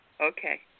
Okay